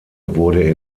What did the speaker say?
wurde